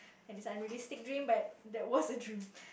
it's an unrealistic dream but that was a dream